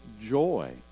joy